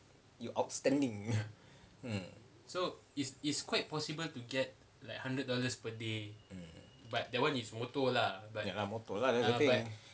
your outstanding mm